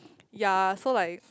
ya so like